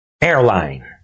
airline